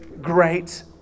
great